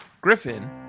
Griffin